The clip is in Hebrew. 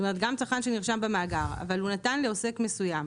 גם צרכן שנרשם במאגר אבל הוא נתן לעוסק מסוים,